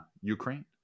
Ukraine